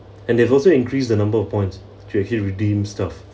and they've also increased the number of points to actually redeem stuff